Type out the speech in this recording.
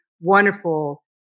wonderful